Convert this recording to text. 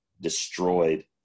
destroyed